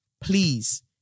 Please